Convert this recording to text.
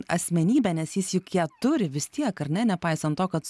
asmenybę nes jis juk ją turi vis tiek ar ne nepaisant to kad